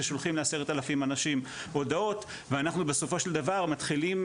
ששולחים ל-10 אלף אנשים הודעות ואנחנו בסופו של דבר מתחילים,